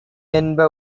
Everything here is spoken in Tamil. என்ப